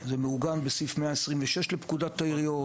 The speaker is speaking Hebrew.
זה מעוגן בסעיף 126 לפקודת העיריות,